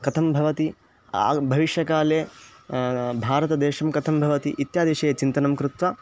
कथं भवति भविष्यकाले भारतदेशं कथं भवति इत्यादिविषये चिन्तनं कृत्वा